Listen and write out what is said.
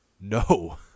no